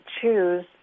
choose